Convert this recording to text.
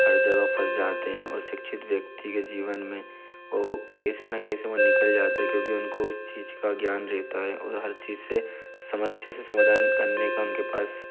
हर जगह फँस जाते हैं और शिक्षित व्यक्ति के जीवन में वह कैसे न कैसे वह निकल जाता है क्योंकि उनको उस चीज़ का ज्ञान रहता है ओर हर चीज़ से समस्या से समाधान करने का उनके पास